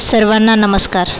सर्वांना नमस्कार